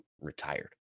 retired